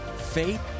faith